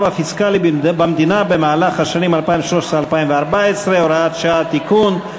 הפיסקלי במדינה במהלך השנים 2013 ו-2014 (הוראת שעה) (תיקון),